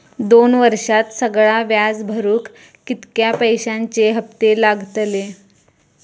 दोन वर्षात सगळा व्याज भरुक कितक्या पैश्यांचे हप्ते लागतले?